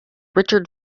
richard